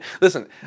Listen